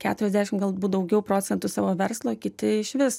keturiasdešim galbūt daugiau procentų savo verslo o kiti išvis